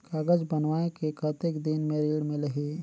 कागज बनवाय के कतेक दिन मे ऋण मिलही?